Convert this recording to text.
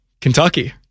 Kentucky